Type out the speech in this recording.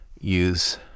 use